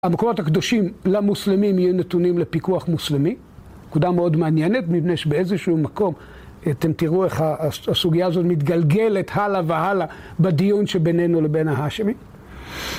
המקומות הקדושים למוסלמים יהיו נתונים לפיקוח מוסלמי, נקודה מאוד מעניינת מפני שבאיזשהו מקום אתם תראו איך הסוגיה הזאת מתגלגלת הלאה והלאה בדיון שבינינו לבין ההשמים.